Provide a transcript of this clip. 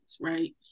right